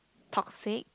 toxic